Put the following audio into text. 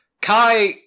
Kai